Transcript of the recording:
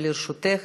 לרשותך